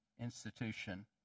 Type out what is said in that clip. institution